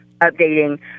updating